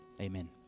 Amen